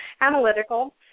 analytical